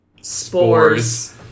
spores